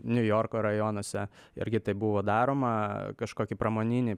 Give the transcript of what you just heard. niujorko rajonuose irgi tai buvo daroma kažkokį pramoninį